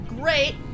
great